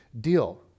deal